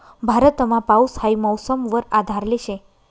भारतमा पाऊस हाई मौसम वर आधारले शे